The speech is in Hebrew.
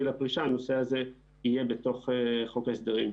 הפרישה אז הנושא הזה יהיה בתוך חוק ההסדרים.